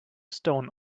stone